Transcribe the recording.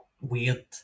weird